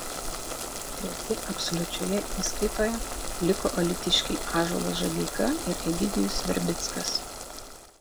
treti absoliučioje įskaitoje liko alytiškiai ąžuolas žadeika ir egidijus verbickas